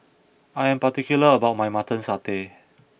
I am particular about my Mutton Satay